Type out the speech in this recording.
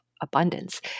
abundance